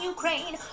Ukraine